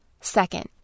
Second